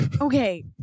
Okay